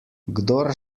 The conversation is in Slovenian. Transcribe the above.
kdor